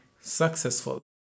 successful